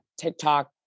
TikTok